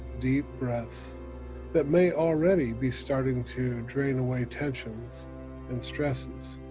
deep breaths that may already be starting to drain away tensions and stresses,